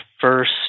first